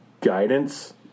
guidance